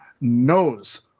knows